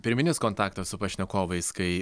pirminis kontaktas su pašnekovais kai